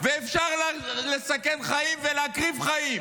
ואפשר לסכן חיים ולהקריב חיים,